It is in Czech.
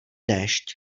déšť